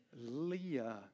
Leah